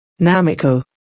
Namiko